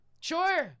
Sure